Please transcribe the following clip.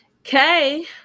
okay